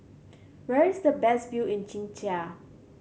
where is the best view in Czechia